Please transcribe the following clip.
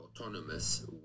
autonomous